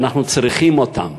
ואנחנו צריכים אותם.